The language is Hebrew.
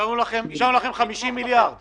אישרנו לכם 50 מיליארד שקל.